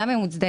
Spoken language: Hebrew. למה היא מוצדקת?